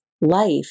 life